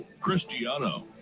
Cristiano